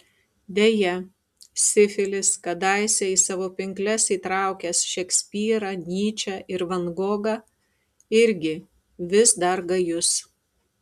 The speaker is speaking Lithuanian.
deja sifilis kadaise į savo pinkles įtraukęs šekspyrą nyčę ir van gogą irgi vis dar gajus